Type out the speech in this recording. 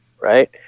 Right